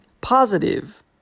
positive